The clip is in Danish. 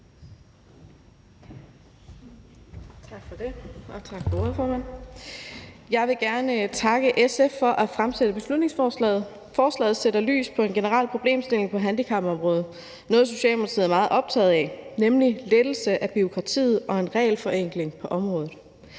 Jeg vil gerne takke SF for at fremsætte beslutningsforslaget. Forslaget sætter lys på en generel problemstilling på handicapområdet og noget, Socialdemokratiet er meget optaget af, nemlig lettelse af bureaukratiet og en regelforenkling på området.